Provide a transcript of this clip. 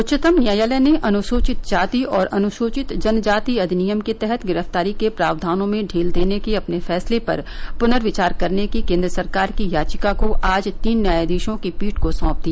उच्चतम न्यायालय ने अनुसूचित जाति और अनुसूचित जनजाति अधिनियम के तहत गिरफ्तारी के प्रावधानों में ढील देने के अपने फैसले पर पुनर्विचार करने की केन्द्र सरकार की याचिका को आज तीन न्यायाधीशों की पीठ को सौंप दिया